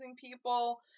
people